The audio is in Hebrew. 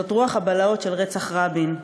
זאת רוח הבלהות של רצח רבין.